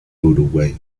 uruguay